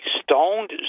stoned